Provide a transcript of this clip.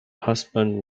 husband